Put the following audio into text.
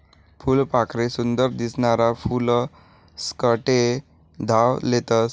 फुलपाखरे सुंदर दिसनारा फुलेस्कडे धाव लेतस